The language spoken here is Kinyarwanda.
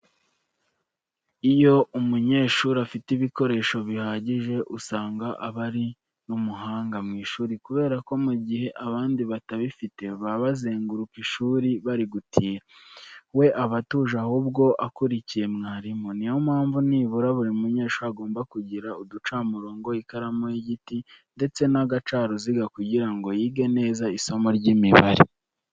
Iyo umunyeshuri afite ibikoresho bihagije usanga aba ari n'umuhanga mu ishuri kubera ko mu gihe abandi batabifite baba bazenguruka ishuri bari gutira, we aba atuje ahubwo akurikiye mwarimu. Niyo mpamvu nibura buri munyeshuri agomba kugira uducamurongo, ikaramu y'igiti ndetse n'agacaruziga kugira ngo yige neza isomo ry'imibare.